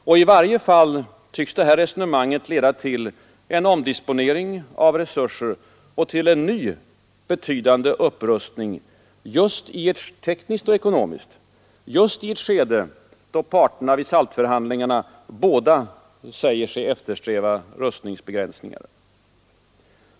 Och i varje fall tycks detta resonemang leda till en omdisponering av resurser och till en ny betydande upprustning — tekniskt och ekonomiskt — just i ett skede, då parterna vid SALT-förhandlingarna båda säger sig eftersträva rustningsbegränsningar.